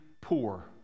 poor